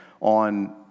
on